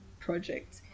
project